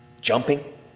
jumping